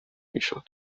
میشد